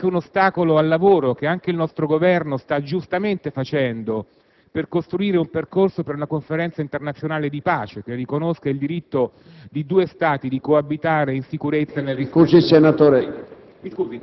però un ostacolo al lavoro che anche il nostro Governo sta giustamente facendo per costruire un percorso per una conferenza internazionale di pace che riconosca il diritto di due Stati di coabitare in sicurezza.